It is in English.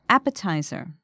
Appetizer